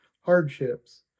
hardships